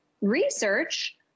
research